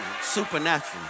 supernatural